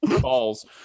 balls